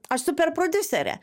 aš super prodiusere